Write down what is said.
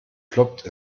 ploppt